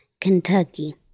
Kentucky